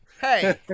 hey